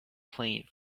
playing